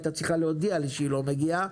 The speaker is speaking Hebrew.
היא הייתה צריכה להודיע לי שהיא לא מגיעה,